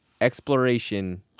exploration